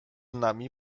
nami